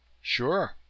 Sure